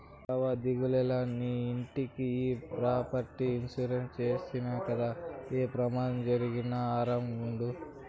బావా దిగులేల, నీ ఇంట్లోకి ఈ ప్రాపర్టీ ఇన్సూరెన్స్ చేస్తవి గదా, ఏ పెమాదం జరిగినా ఆరామ్ గుండు